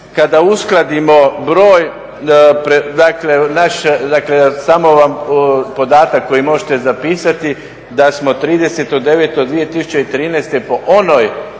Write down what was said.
kada uskladimo broj, dakle samo vam podatak koji možete zapisati da smo 30.09.2013. po onoj